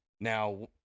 Now